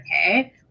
Okay